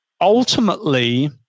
Ultimately